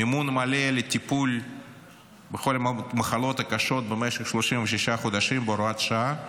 מימון מלא לטיפול בכל המחלות הקשות במשך 36 חודשים בהוראת שעה,